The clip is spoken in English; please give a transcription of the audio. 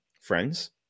friends